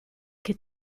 che